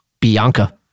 Bianca